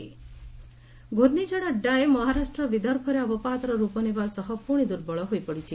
cyclone ଘୂର୍ଣ୍ଣିଝଡ଼ 'Daye' ମହାରାଷ୍ଟ୍ରର ବିଦର୍ଭରେ ଅବପାତର ରୂପ ନେବା ସହ ପୁଣି ଦୁର୍ବଳ ହୋଇପଡ଼ିଛି